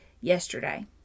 yesterday